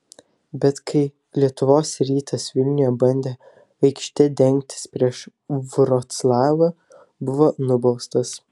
bet kai lietuvos rytas vilniuje bandė aikšte dengtis prieš vroclavą buvo nubaustas